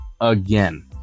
again